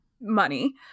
money